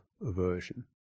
aversion